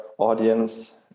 audience